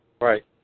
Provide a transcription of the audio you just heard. Right